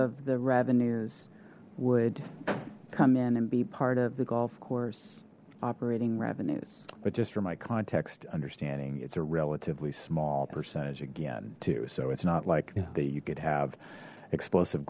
of the revenues would come in and be part of the golf course operating revenues but just for my context understanding it's a relatively small percentage again so it's not like that you could have explosive